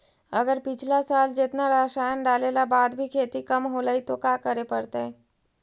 अगर पिछला साल जेतना रासायन डालेला बाद भी खेती कम होलइ तो का करे पड़तई?